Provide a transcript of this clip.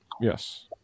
yes